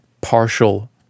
partial